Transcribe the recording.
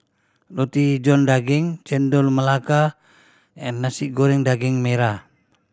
Roti John Daging Chendol Melaka and Nasi Goreng Daging Merah